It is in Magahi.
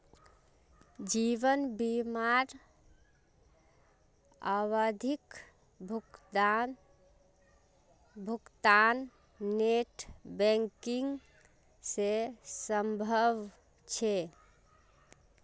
जीवन बीमार आवधिक भुग्तान नेट बैंकिंग से संभव छे?